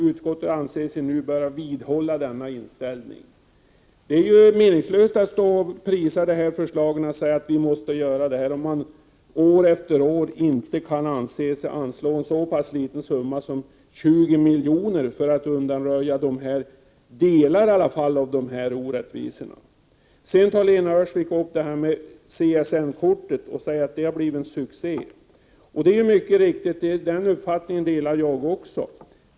Utskottet anser sig nu böra vidhålla denna inställning ———.” Det är meningslöst att prisa förslagen och säga att man skall genomföra dem, om man år efter år inte kan anse sig ha råd att anslå en så pass liten summa som 20 milj.kr. för att undanröja delar av de här orättvisorna. Lena Öhrsvik tar sedan upp att CSN-kortet har blivit en succé. Det är mycket riktigt, den uppfattningen delar också jag.